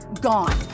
gone